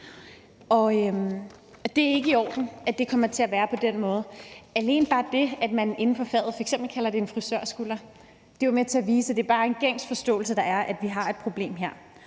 Det er ikke i orden, at det er på den måde. Alene det, at man inden for frisørfaget har noget, man f.eks. kalder en frisørskulder, er jo med til at vise, at der bare er en gængs forståelse af, at vi har et problem her.